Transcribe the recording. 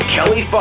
Kelly